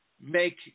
make